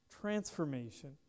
Transformation